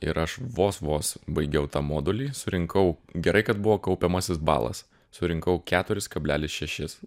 ir aš vos vos baigiau tą modulį surinkau gerai kad buvo kaupiamasis balas surinkau keturis kablelis šešis